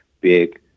big